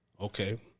Okay